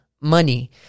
money